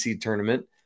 tournament